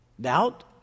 doubt